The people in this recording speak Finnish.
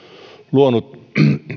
luonut